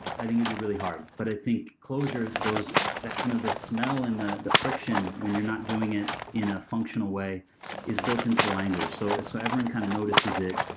i think it'd be really hard. but i think clojure, that kind of the smell and the the friction when you're not doing it in a functional way is built into the language. so so everyone kind of notices it.